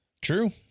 true